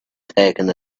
taking